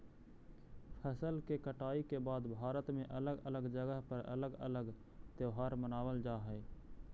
फसल के कटाई के बाद भारत में अलग अलग जगह पर अलग अलग त्योहार मानबल जा हई